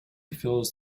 fills